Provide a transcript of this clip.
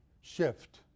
shift